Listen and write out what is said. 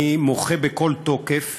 אני מוחה בכל תוקף